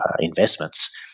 investments